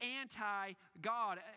anti-God